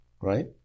right